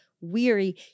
weary